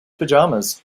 pajamas